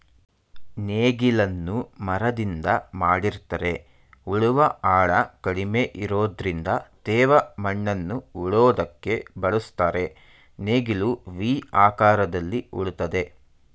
ನೇಗಿಲನ್ನು ಮರದಿಂದ ಮಾಡಿರ್ತರೆ ಉಳುವ ಆಳ ಕಡಿಮೆ ಇರೋದ್ರಿಂದ ತೇವ ಮಣ್ಣನ್ನು ಉಳೋದಕ್ಕೆ ಬಳುಸ್ತರೆ ನೇಗಿಲು ವಿ ಆಕಾರದಲ್ಲಿ ಉಳ್ತದೆ